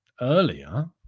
earlier